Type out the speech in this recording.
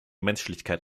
menschlichkeit